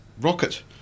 rocket